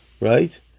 right